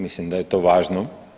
Mislim da je to važno.